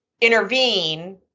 intervene